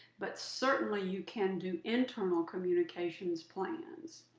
but certainly you can do internal communications plans.